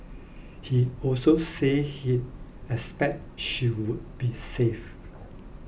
he also said he expect she would be saved